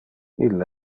ille